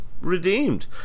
redeemed